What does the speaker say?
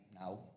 now